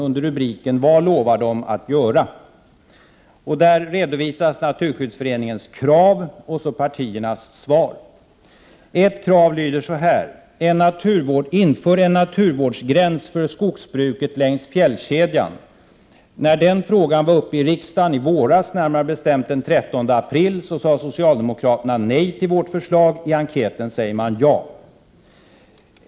Under rubriken ”Vad lovar de att göra” redovisas Naturskyddsföreningens krav och partiernas svar. Ett krav lyder: Inför en naturvårdsgräns för skogsbruket längs fjällkedjan. När den frågan var uppe i riksdagen i våras, närmare bestämt den 13 april, sade socialdemokraterna nej till vårt förslag. I enkäten säger de ja.